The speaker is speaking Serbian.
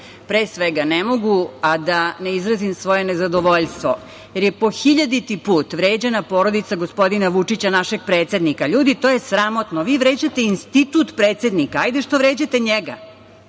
svega, ne mogu a da ne izrazim svoje zadovoljstvo jer je po hiljaditi put vređana porodica gospodina Vučića, našeg predsednika. Ljudi, to je sramotno. Vi vređate institut predsednika. Hajde što vređate njega,